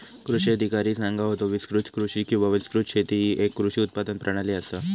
कृषी अधिकारी सांगा होतो, विस्तृत कृषी किंवा विस्तृत शेती ही येक कृषी उत्पादन प्रणाली आसा